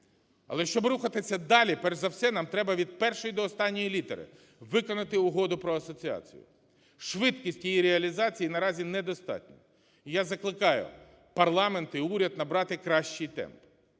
Але, щоб рухати це далі перш за все нам треба від першої до останньої літери виконати Угоду про асоціацію. Швидкість її реалізації наразі недостатня. І я закликаю парламент і уряд набрати кращий темп.